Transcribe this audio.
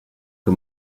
que